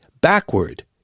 backward